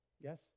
Yes